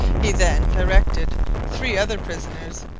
he then directed three other prisoners,